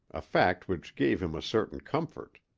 a fact which gave him a certain comfort,